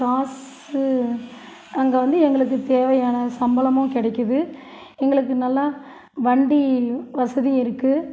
காசு அங்கே வந்து எங்களுக்கு தேவையான சம்பளமும் கிடைக்கிது எங்களுக்கு நல்லா வண்டி வசதியும் இருக்கு